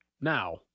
Now